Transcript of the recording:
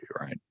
Right